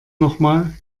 nochmal